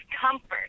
comfort